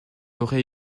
aurait